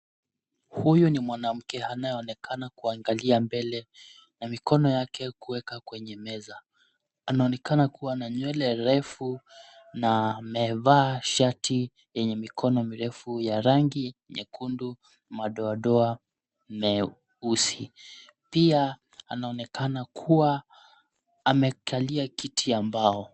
Huyu ni mwanamke anayeonekana kuangalia mbele na mikono yake kuweka kwenye meza. Anaonekana kuwa na nywele refu na amevaa shati yenye mikono mirefu ya rangi nyekundu na madoadoa meusi. Pia anaonekana kuwa amevalia kiti ya mbao.